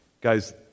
guys